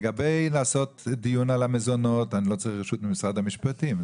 לגבי לעשות דיון על המזונות אני לא צריך רשות ממשרד המשפטים.